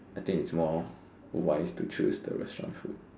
I think it's more wise to choose the restaurant food